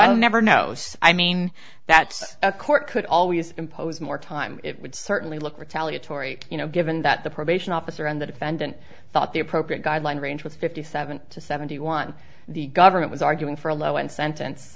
never knows i mean that a court could always impose more time it would certainly look retaliatory you know given that the probation officer on the defendant thought the appropriate guideline range with fifty seven to seventy one the government was arguing for a low end sentence